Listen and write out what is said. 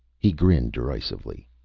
he grinned derisively.